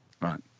Right